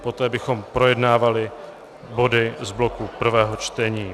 Poté bychom projednávali body z bloku prvého čtení.